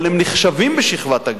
אבל הם נחשבים בשכבת הגיל,